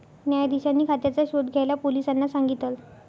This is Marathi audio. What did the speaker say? न्यायाधीशांनी खात्याचा शोध घ्यायला पोलिसांना सांगितल